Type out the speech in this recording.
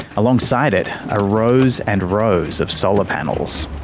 alongside it are rows and rows of solar panels.